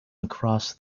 across